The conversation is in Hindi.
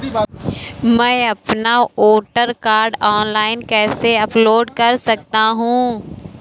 मैं अपना वोटर कार्ड ऑनलाइन कैसे अपलोड कर सकता हूँ?